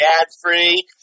ad-free